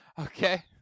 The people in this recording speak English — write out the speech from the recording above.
okay